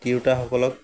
তিৰোতাসকলক